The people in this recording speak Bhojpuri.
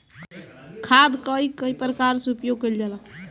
खाद कअ कई प्रकार से उपयोग कइल जाला